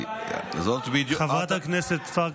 אני הבוגרת שלה,